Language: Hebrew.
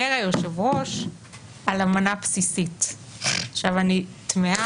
בגלל כמות והיקף השינויים שמוצעים אני כותבת